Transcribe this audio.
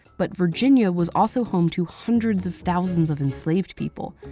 but virginia was also home to hundreds of thousands of enslaved people,